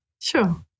Sure